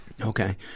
Okay